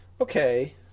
okay